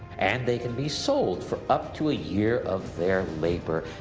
and they could be sold for up to a year of their labor.